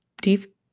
deep